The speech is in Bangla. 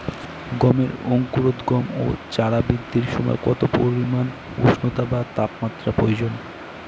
গমের অঙ্কুরোদগম ও চারা বৃদ্ধির সময় কত পরিমান উষ্ণতা বা তাপমাত্রা প্রয়োজন?